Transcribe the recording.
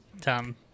Tom